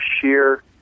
sheer